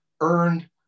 earned